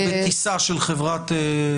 או בטיסה של חברת תעופה.